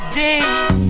days